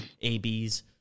ABs